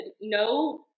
No